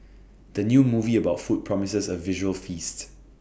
the new movie about food promises A visual feast